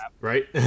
right